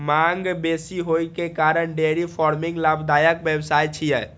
मांग बेसी होइ के कारण डेयरी फार्मिंग लाभदायक व्यवसाय छियै